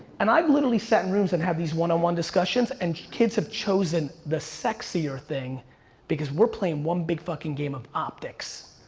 and i've literally sat in rooms and had these one on one discussions, and kids have chosen the sexier thing because we're playing one big fucking game of optics.